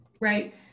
right